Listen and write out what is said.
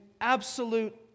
absolute